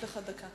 יש לך דקה.